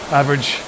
average